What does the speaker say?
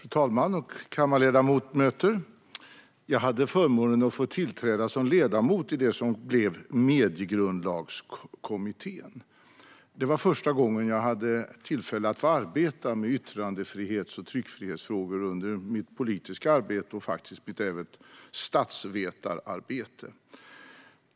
Fru talman och kammarledamöter! Jag hade förmånen att få tillträda som ledamot i det som blev Mediegrundlagskommittén. Det var första gången jag hade tillfälle att få arbeta med yttrandefrihets och tryckfrihetsfrågor under mitt politiska arbete och även mitt statsvetararbete.